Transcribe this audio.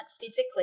physically